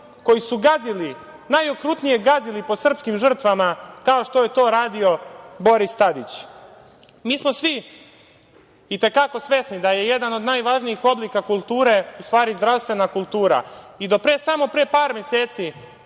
koji su gazili najokrutnije po srpskim žrtvama kao što je to radio Boris Tadić. Mi smo svi i te kako svesni da je jedan od najvažnijih oblika kulture u stvari zdravstvena kultura i do pre samo par meseci